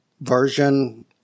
version